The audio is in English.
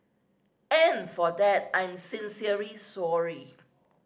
and for that I'm sincerely sorry